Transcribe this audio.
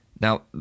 Now